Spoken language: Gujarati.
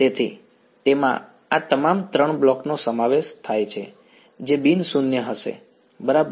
તેથી તેમાં આ તમામ 3 બ્લોકનો સમાવેશ થાય છે જે બિન શૂન્ય હશે બરાબર